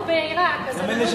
היה